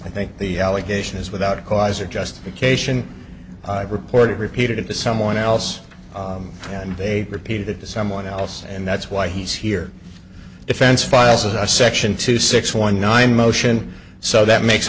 i think the allegation is without cause or justification i've reported repeated it to someone else and they repeated that to someone else and that's why he's here defense files a section two six one nine motion so that makes